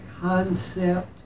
concept